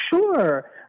Sure